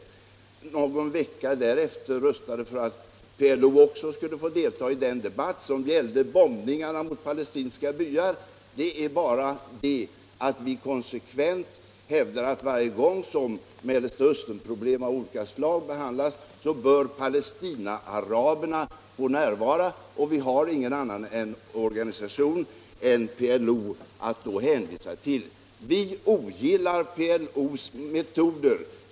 Att Sverige sedan någon vecka därefter röstade för att PLO också skulle få delta i den debatt som gällde bombningarna mot palestinska byar beror bara på att vi konsekvent hävdar att varje gång som Mellanösternproblem av olika slag behandlas bör palestinaaraberna få närvara, och vi har ingen annan organisation än PLO att hänvisa till. Vi ogillar PLO:s metoder.